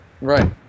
right